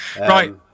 right